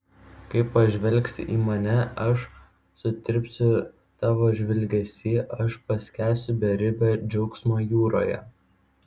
kai pažvelgsi į mane aš sutirpsiu tavo žvilgesy aš paskęsiu beribio džiaugsmo jūroje